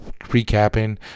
recapping